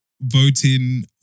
voting